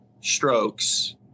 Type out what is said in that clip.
strokes –